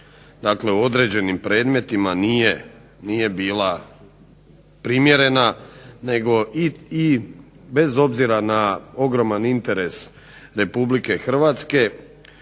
dosada u određenim predmetima nije bila primjerena nego i bez obzira na ogroman interes RH i bez